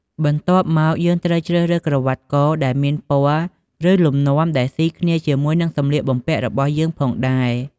បន្ទាប់មកយើងត្រូវជ្រើសរើសក្រវ៉ាត់កដែលមានពណ៌ ឬលំនាំដែលស៊ីគ្នាជាមួយនិងសម្លៀកបំពាក់របស់យើងផងដែរ។